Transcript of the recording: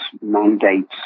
mandates